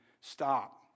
Stop